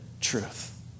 truth